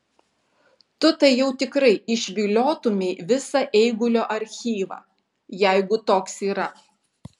tu tai jau tikrai išviliotumei visą eigulio archyvą jeigu toks yra